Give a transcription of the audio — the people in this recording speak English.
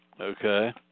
Okay